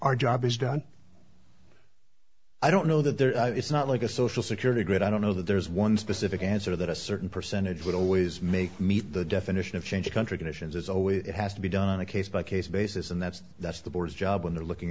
our job is done i don't know that there it's not like a social security grid i don't know that there is one specific answer that a certain percentage would always make meet the definition of change a country commissions is always has to be done on a case by case basis and that's that's the board's job when they're looking